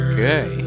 Okay